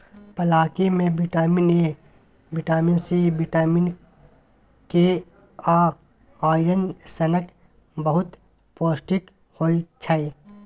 पलांकी मे vitamin A, vitamin C, vitamin K आ आइरन सनक बहुत पौष्टिक होइ छै